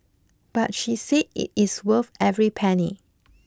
but she said it is worth every penny